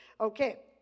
Okay